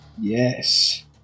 Yes